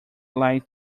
like